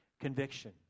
Conviction